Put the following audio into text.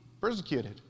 persecuted